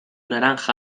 naranja